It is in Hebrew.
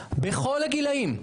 בכל הגילאים,